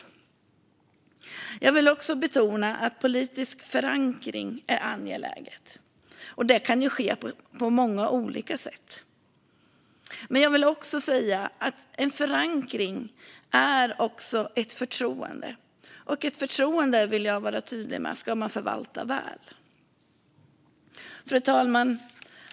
Jag vill betona att det är angeläget med politisk förankring, och det kan ske på många olika sätt. Men jag vill också säga att förankring är ett förtroende. Och ett förtroende - det vill jag vara tydlig med - ska man förvalta väl. Fru talman!